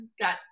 got